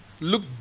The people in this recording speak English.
look